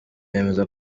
bemeza